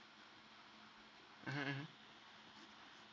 mmhmm mmhmm